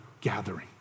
gathering